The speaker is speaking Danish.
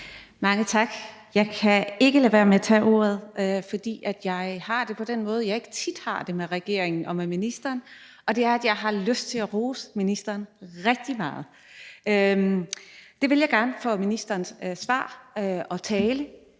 Mange tak. Jeg kan ikke lade være med at tage ordet, fordi jeg har det på den måde, jeg ikke tit har det med regeringen og med ministeren, og det er, at jeg har lyst til at rose ministeren rigtig meget for ministerens svar og tale.